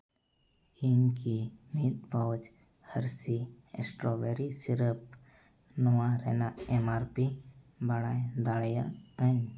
ᱤᱧ ᱠᱤ ᱢᱤᱫ ᱯᱟᱣᱩᱪ ᱦᱟᱹᱨᱥᱤ ᱥᱴᱨᱚᱵᱮᱨᱤ ᱥᱤᱨᱟᱹᱯ ᱱᱚᱣᱟ ᱨᱮᱱᱟ ᱮᱢ ᱟᱨ ᱯᱤ ᱵᱟᱲᱟᱭ ᱫᱟᱲᱮᱭᱟᱹᱜ ᱟᱹᱧ